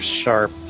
sharp